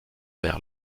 vers